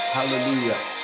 Hallelujah